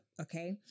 okay